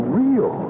real